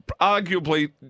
arguably